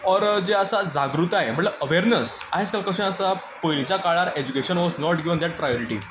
ओर जे आसात जागृताय म्हणल्यार अवेरनस आयजकाल कशें आसा पयलींच्या काळार education was not given that priority